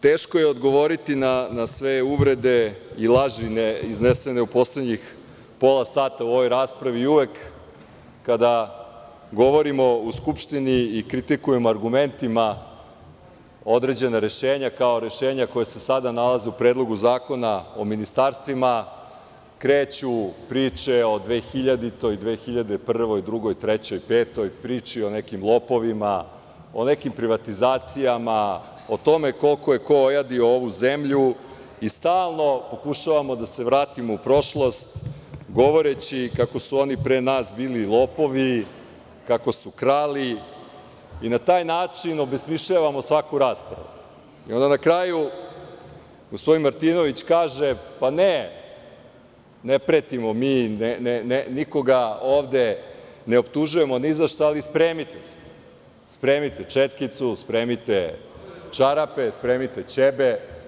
Teško je odgovoriti na sve urede i laži iznesene u poslednjih pola sata u ovoj raspravi i uvek kada govorimo u Skupštini i kritikujemo argumentima određena rešenja, kao rešenja koja se sada nalaze u Predlogu zakona o ministarstvima, kreću priče o 2000, 2001, 2002, 2003, 2005, priči o nekim lopovima, o nekim privatizacijama, o tome koliko je ko ojadio ovu zemlju i stalno pokušavamo da se vratimo u prošlost, govoreći kako su oni pre nas bili lopovi, kako su krali i na taj način obesmišljavamo svaku raspravu i onda na kraju gospodin Martinović kaže – ne, ne pretimo mi, nikoga ovde ne optužujemo ni za šta, ali spremite se, spremite četkicu, spremite čarape, spremite ćebe.